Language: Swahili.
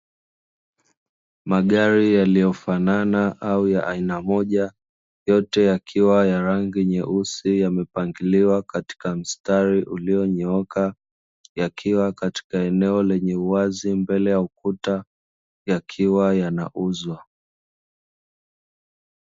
Magari yaliyofanana au ya aina moja, yote yakiwa ya rangi nyeusi, yamepangiliwa katika mstari ulionyooka; yakiwa katika eneo lenye uwazi mbele ya ukuta, yakiwa yanauzwa.